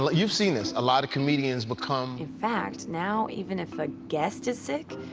but you've seen this. a lot of comedians become. in fact, now even if a guest is sir,